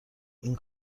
این